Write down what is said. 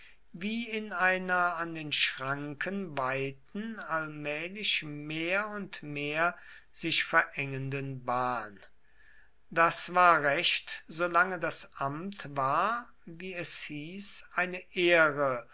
wie in einer an den schranken weiten allmählich mehr und mehr sich verengenden bahn das war recht solange das amt war wie es hieß eine ehre